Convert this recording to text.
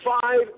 five